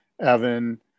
Evan